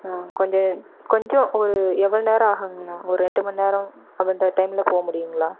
ஆ கொஞ்சம் கொஞ்சம் ஒரு எவ்வளோ நேரம் ஆகுங்கண்ணா ஒரு ரெண்டு மணி நேரம் அந்த டைமில் போக முடியுங்களா